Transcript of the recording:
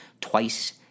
twice